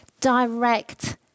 direct